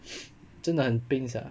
真的很疼 sia